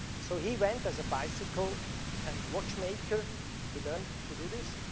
so he went as a bicycle and watch maker, he learnt to do this,